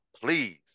please